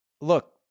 Look